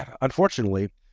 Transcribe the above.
Unfortunately